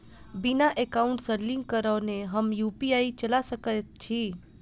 बिना एकाउंट सँ लिंक करौने हम यु.पी.आई चला सकैत छी?